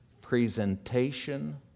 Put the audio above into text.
presentation